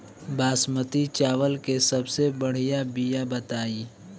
बासमती चावल के सबसे बढ़िया बिया बताई?